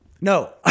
No